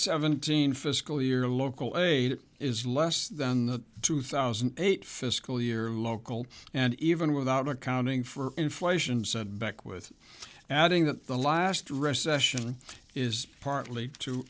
seventeen fiscal year local aid is less than two thousand and eight fiscal year local and even without accounting for inflation said back with adding that the last recession is partly to